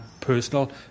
personal